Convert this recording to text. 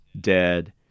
dead